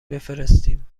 بفرستیم